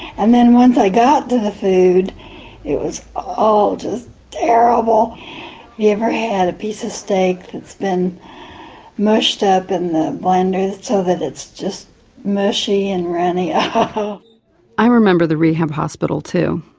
and then once i got to the food it was all just terrible. have you ever had a piece of steak that's been mushed up in the blender so that it's just mushy and runny? um ah i remember the rehab hospital too.